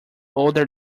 older